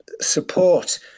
support